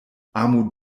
amu